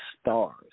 stars